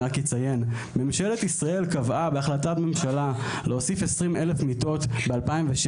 רק אציין שממשלת ישראל קבעה בהחלטת ממשלה להוסיף 20,000 מיטות ב-2016.